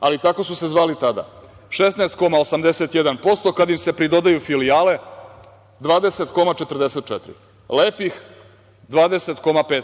ali tako su se zvali tada 16,81% kada im se pridodaju filijale 20,44% lepih